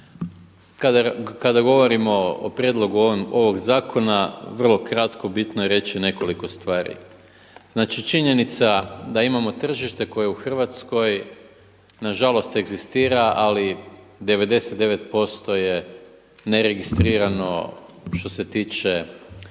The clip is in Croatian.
Kada govorimo o prijedlogu ovog zakona vrlo kratko, bitno je reći nekoliko stvari. Znači, činjenica da imamo tržište koje u Hrvatskoj na žalost egzistira, ali 99% je neregistrirano što se tiče